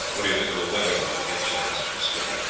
what do you think of the weather, watkins? he asked his skipper.